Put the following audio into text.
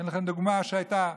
אתן לכם דוגמה שהייתה: